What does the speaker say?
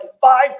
five